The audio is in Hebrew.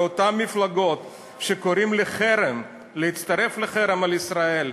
לאותן מפלגות שקוראות להצטרף לחרם על ישראל,